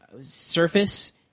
surface